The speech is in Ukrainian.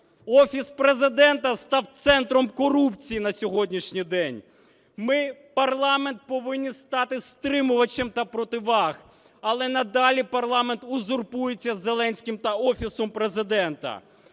Офіс Президента став центром корупції на сьогоднішній день. Ми, парламент, повинні стати стримувачем та противагами, але надалі парламент узурпується Зеленським та Офісом Президента.